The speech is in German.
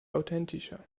authentischer